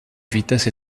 vitesse